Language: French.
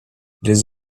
les